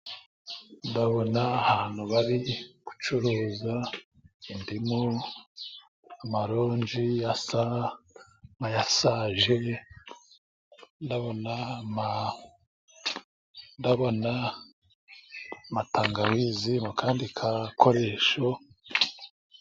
Ndabona ahantu bari gucuruza indimu amalonji asa nkayasaje, ndabona, ndabona matangawizi mu kandi gakoresho.